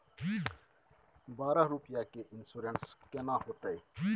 बारह रुपिया के इन्सुरेंस केना होतै?